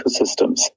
ecosystems